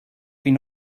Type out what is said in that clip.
been